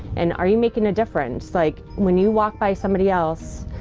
and are you making a difference? like, when you walk by somebody else,